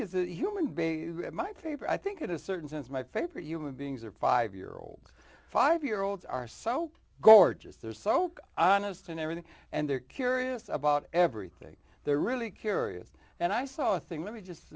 a human being my favorite i think at a certain sense my favorite human beings are five year olds five year olds are so gorgeous they're soak honest in everything and they're curious about everything they're really curious and i saw a thing let me just